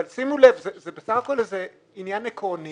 אבל שימו לב שזה בסך הכול עניין עקרוני